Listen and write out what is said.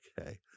Okay